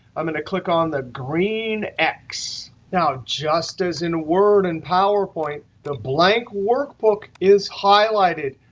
i'm going to click on the green x. now, just as in word and powerpoint, the blank workbook is highlighted.